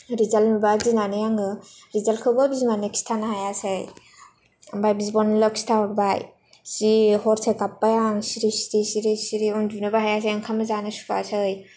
result होबा गिनानै आङो रिजाल्तखौबो बिमानो खिन्थानो हायासै ओमफ्राय बिब'नोल' खिथाहरबाय जि हरसे गाबबाय आं जि सिरि सिरि उन्दुनोबो हायासै आं ओंखामबो जानो सुखुवासै